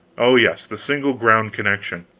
oh, yes, the single ground-connection